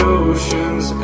oceans